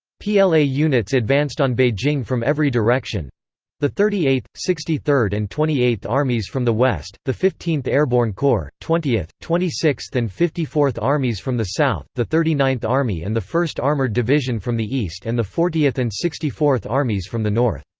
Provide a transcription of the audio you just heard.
pla units advanced on beijing from every direction the thirty eighth, sixty third and twenty eighth armies from the west, the fifteenth airborne corps, twentieth, twenty sixth and fifty fourth armies from the south, the thirty ninth army and the first armored division from the east and the fortieth and sixty fourth armies from the north.